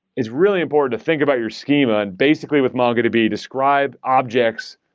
it's really important to think about your schema, and basically with mongodb, be describe objects,